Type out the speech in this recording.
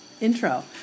intro